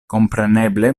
kompreneble